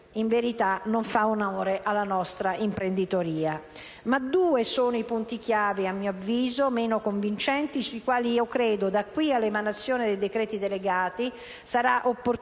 in verità, non fa onore alla nostra imprenditoria. Ad ogni modo, due sono i punti chiave - a mio avviso - meno convincenti, sui quali credo, da qui all'emanazione dei decreti delegati, sarà opportuno